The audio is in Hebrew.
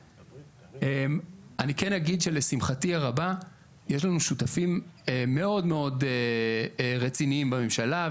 אני כן אגיד שלשמחתי הרבה יש לנו שותפים מאוד מאוד רציניים בממשלה,